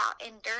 endurance